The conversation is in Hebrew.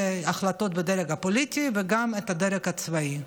החלטות בדרג הפוליטי וגם בדרג הצבאי,